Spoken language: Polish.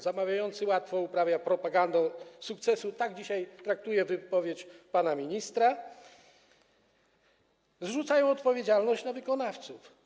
Zamawiający łatwo uprawia propagandę sukcesu - tak dzisiaj traktuję wypowiedź pana ministra - zrzucając odpowiedzialność na wykonawców.